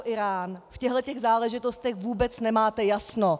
V těchhletěch záležitostech vůbec nemáte jasno!